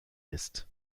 ist